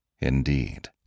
Indeed